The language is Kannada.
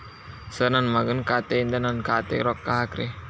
ಸರ್ ನನ್ನ ಮಗನ ಖಾತೆ ಯಿಂದ ನನ್ನ ಖಾತೆಗ ರೊಕ್ಕಾ ಹಾಕ್ರಿ